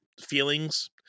feelings